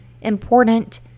important